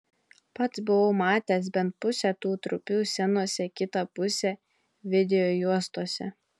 pats buvau matęs bent pusę tų trupių scenose kitą pusę videojuostose